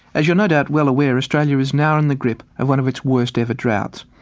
as you're no doubt well aware, australia is now in the grip of one of its worst-ever droughts.